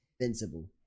Invincible